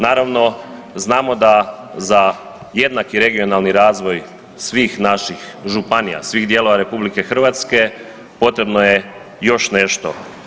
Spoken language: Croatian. Naravno, znamo da za jednaki regionalni razvoj svih naših županija, svih dijelova RH potrebno je još nešto.